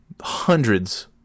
hundreds